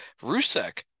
Rusek